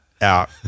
out